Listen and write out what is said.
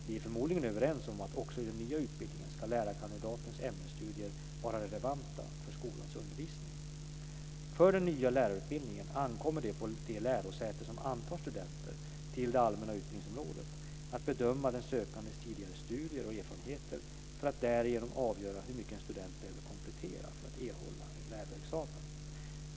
Vi är förmodligen överens om att också i den nya utbildningen ska lärarkandidatens ämnesstudier vara relevanta för skolans undervisning. För den nya lärarutbildningen ankommer det på det lärosäte som antar studenter till det allmänna utbildningsområdet att bedöma den sökandes tidigare studier och erfarenheter för att därigenom avgöra hur mycket en student behöver komplettera för att erhålla lärarexamen.